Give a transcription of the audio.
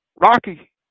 rocky